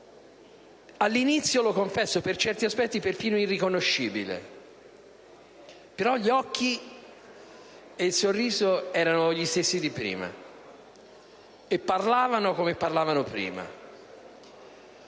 all'inizio - lo confesso - per certi aspetti era perfino irriconoscibile, però gli occhi e il sorriso erano gli stessi di prima e parlavano come prima.